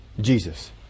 Jesus